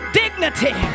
dignity